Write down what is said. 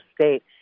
state